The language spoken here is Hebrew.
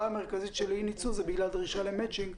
המרכזית של אי ניצול היא דרישה למצ'ינג,